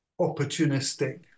opportunistic